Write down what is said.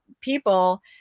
people